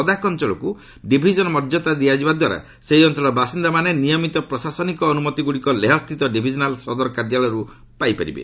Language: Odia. ଲଦାଖ ଅଞ୍ଚଳକ୍ତ ଡିଭିଜନ ମର୍ଯ୍ୟାଦା ଦିଆଯିବା ଦ୍ୱାରା ସେହି ଅଞ୍ଚଳର ବାସିନ୍ଦାମାନେ ନିୟମିତ ପ୍ରଶାସନିକ ଅନୁମତିଗୁଡ଼ିକ ଲେହସ୍ଥିତ ଡିଭିଜନାଲ୍ ସଦର କାର୍ଯ୍ୟାଳୟରୁ ପାଇପାରିବେ